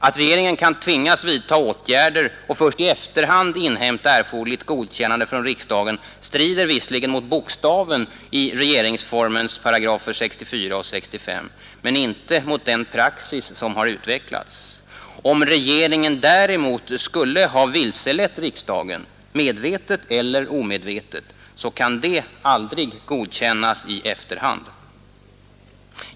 Att regeringen kan tvingas vidta åtgärder och först i efterhand inhämta erforderligt godkännande från riksdagen strider visserligen mot bokstaven i regeringsformen 64 och 65 §§ men inte mot den praxis som har utvecklats. Om regeringen däremot skulle ha vilselett riksdagen — medvetet eller omedvetet — kan det aldrig godkännas i efterhand.